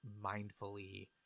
mindfully